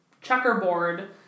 checkerboard